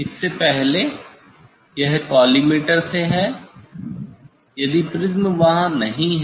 इन से पहले यह कॉलीमटोर से है यदि प्रिज्म वहां नहीं है